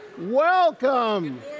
Welcome